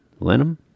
Lenham